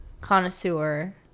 connoisseur